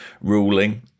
ruling